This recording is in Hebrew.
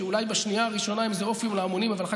שאולי בשנייה הראשונה הם איזה אופיום להמונים אבל אחר